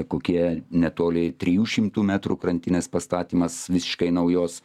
kokie netoli trijų šimtų metrų krantinės pastatymas visiškai naujos